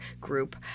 group